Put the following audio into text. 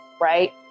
Right